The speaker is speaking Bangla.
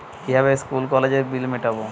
কিভাবে স্কুল কলেজের বিল মিটাব?